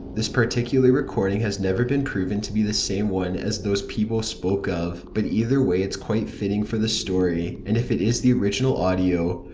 this particular recording has never been proven to be the same one all those people spoke of, but either way it's quite fitting for the story and if it is the original audio,